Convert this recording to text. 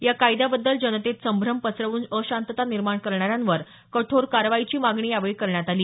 या कायद्याबद्दल जनतेत संभ्रम पसरवून अशांतता निर्माण करणाऱ्यांवर कठोर कारवाईची मागणी यावेळी करण्यात आली